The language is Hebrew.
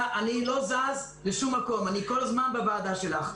חייבים להחיל את זה שהאבטלה לא תחשב כגמלה מחליפה שכר בחישוב